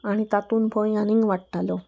आनी तातूंत भंय आनीक वाडटालो